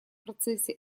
процессе